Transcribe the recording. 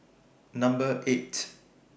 Number eight